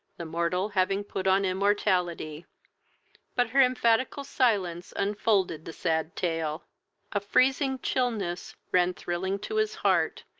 the mortal having put on immortality but her emphatical silence unfolded the sad tale a freezing chilness ran thrilling to his heart,